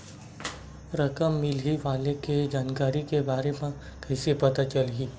रकम मिलही वाले के जानकारी के बारे मा कइसे पता चलही?